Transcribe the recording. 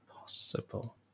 possible